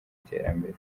iterambere